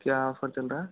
क्या ऑफर चल रहा है